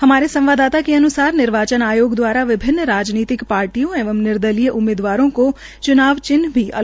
हमारे संवाददाता के अनुसार निर्वाचन अयोग द्वारा विभन्न राजनीतिक पार्टियों एवं निर्दलीय उम्मीदवारों को चुनाव चिन्ह भी अलाट किया गए हैं